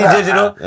Digital